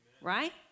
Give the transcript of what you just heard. Right